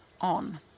on